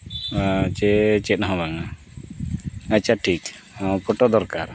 ᱟᱨ ᱪᱮ ᱪᱮᱫ ᱦᱚᱸ ᱵᱟᱝᱟ ᱟᱪᱪᱷᱟ ᱴᱷᱤᱠ ᱦᱮᱸ ᱯᱷᱳᱴᱳ ᱫᱚᱨᱠᱟᱨ